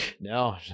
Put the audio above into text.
No